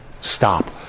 stop